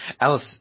Alice